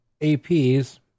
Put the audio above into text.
APs